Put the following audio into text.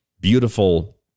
beautiful